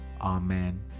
Amen